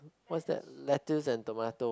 what that lettuce and tomato